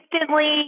instantly